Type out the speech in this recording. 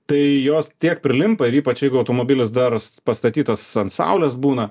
tai jos tiek prilimpa ir ypač jeigu automobilis dar pastatytas ant saulės būna